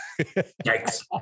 Yikes